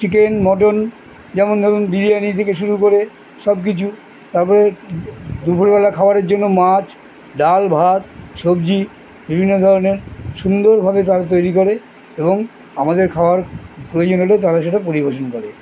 chicken mutton যেমন ধরুন বিরিয়ানি থেকে শুরু করে সব কিছু তারপরে দুপুরবেলা খাওয়ারের জন্য মাছ ডাল ভাত সবজি বিভিন্ন ধরনের সুন্দরভাবে তারা তৈরি করে এবং আমাদের খাওয়ার প্রয়োজন হলেও তারা সেটা পরিবেশন করে